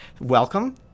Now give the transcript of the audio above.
welcome